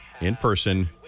in-person